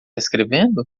escrevendo